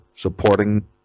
supporting